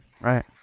right